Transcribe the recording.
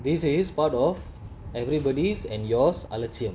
this is part of everybody's and yours other thing